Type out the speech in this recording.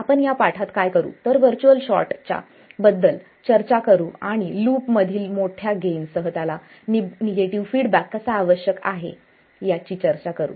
आपण या पाठात काय करू तर वर्च्युअल शॉर्टच्या याबद्दल चर्चा करू आणि लूपमधील मोठ्या गेनसह त्याला निगेटिव्ह फीडबॅक कसा आवश्यक आहे याची चर्चा करू